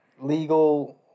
Legal